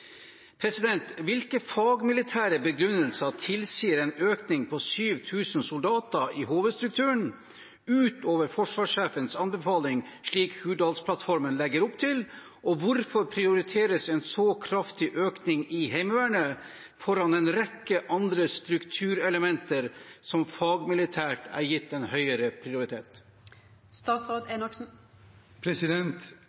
Hvilke militærfaglige begrunnelser tilsier en økning på 7 000 soldater i HV-områdestrukturen ut over forsvarssjefens anbefaling, slik Hurdalsplattformen legger opp til, og hvorfor prioriteres en så kraftig økning i Heimevernet foran en rekke andre strukturelementer som fagmilitært er gitt høyere prioritet?» Regjeringen legger vekt på at Heimevernet utgjør en